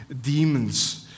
demons